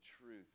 truth